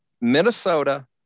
Minnesota